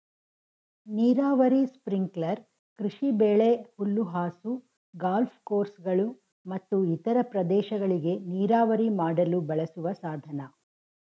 ನೀರಾವರಿ ಸ್ಪ್ರಿಂಕ್ಲರ್ ಕೃಷಿಬೆಳೆ ಹುಲ್ಲುಹಾಸು ಗಾಲ್ಫ್ ಕೋರ್ಸ್ಗಳು ಮತ್ತು ಇತರ ಪ್ರದೇಶಗಳಿಗೆ ನೀರಾವರಿ ಮಾಡಲು ಬಳಸುವ ಸಾಧನ